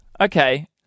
okay